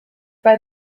bei